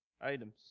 items